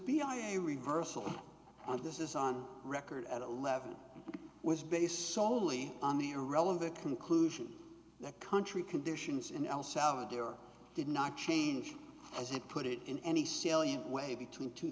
b i a reversal on this is on record at eleven was based soley on the irrelevant conclusion that country conditions in el salvador did not change as it put it in any salient way between tw